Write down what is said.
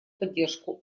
поддержку